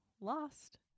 lost